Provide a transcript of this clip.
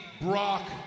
Brock